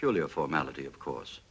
purely a formality of course